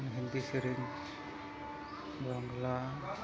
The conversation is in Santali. ᱦᱤᱱᱫᱤ ᱥᱮᱨᱮᱧ ᱵᱟᱝᱜᱞᱟ